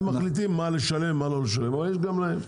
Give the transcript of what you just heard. הם מחליטים מה לשלם מה לא לשלם, יש גם להן.